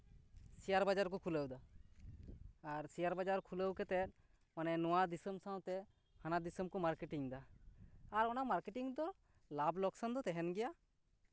share ᱵᱟᱡᱟᱨ ᱠᱚ ᱠᱷᱩᱞᱟᱹᱣᱫᱟ ᱟᱨ ᱥᱮᱭᱟᱨ ᱵᱟᱡᱟᱨ ᱠᱷᱩᱞᱟᱹᱣ ᱠᱟᱛᱮᱫ ᱢᱟᱱᱮ ᱱᱚᱣᱟ ᱫᱤᱥᱚᱢ ᱥᱟᱶᱛᱮ ᱦᱟᱱᱟ ᱫᱤᱥᱚᱢ ᱠᱚ ᱢᱟᱨᱠᱮᱴᱤᱝ ᱫᱟ ᱟᱨ ᱚᱱᱟ ᱢᱟᱨᱠᱮᱴᱤᱝ ᱫᱚ ᱞᱟᱵᱷ ᱞᱚᱠᱥᱟᱱ ᱫᱚ ᱛᱟᱦᱮᱱ ᱜᱮᱭᱟ